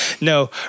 No